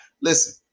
listen